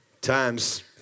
times